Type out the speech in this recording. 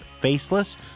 Faceless